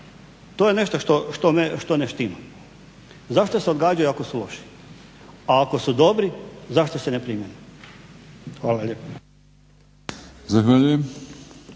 To je nešto što ne štima. Zašto se odgađaju ako su loši. A ako su dobri zašto se ne primjene? Hvala lijepa.